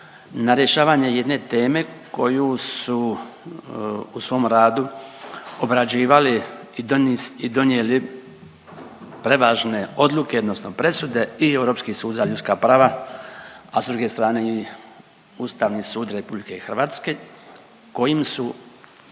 na rješavanje jedne teme koju su u svom radu obrađivali i donijeli prevažne odluke odnosno presude i Europski sud za ljudska prava, a s druge strane i Ustavni sud RH kojim su